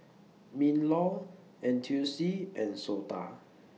MINLAW N T U C and Sota